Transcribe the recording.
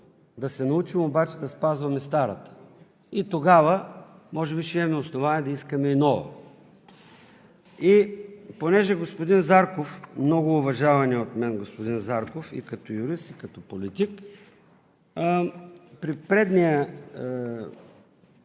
да се научим обаче да спазваме старата и тогава може би ще имаме основание да искаме и нова. И понеже господин Зарков – многоуважаваният от мен господин Зарков и като юрист, и като политик, при предната